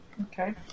Okay